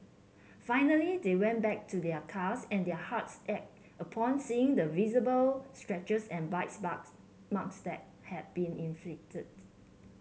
finally they went back to their cars and their hearts ached upon seeing the visible scratches and bite marks marks that had been inflicted